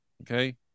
Okay